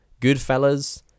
Goodfellas